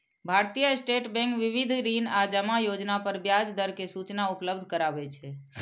भारतीय State Bank विविध ऋण आ जमा योजना पर ब्याज दर के सूचना उपलब्ध कराबै छै